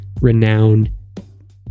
renowned